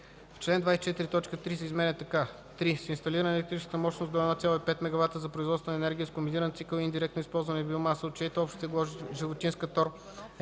В чл. 24 т. 3 се изменя така: „3. с инсталирана електрическа мощност до 1,5 MW, за производство на енергия с комбиниран цикъл и индиректно използване на биомаса, от чието общо тегло животинският тор е не